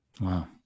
wow